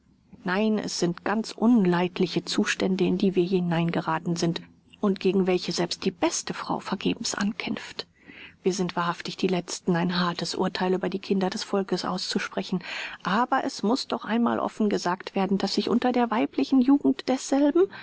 nein es sind ganz unleidliche zustände in die wir hier hineingerathen sind und gegen welche selbst die beste frau vergebens ankämpft wir sind wahrhaftig die letzten ein hartes urtheil über die kinder des volkes auszusprechen aber es muß doch einmal offen gesagt werden daß sich unter der weiblichen jugend desselben